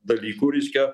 dalykų reiškia